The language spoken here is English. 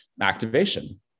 activation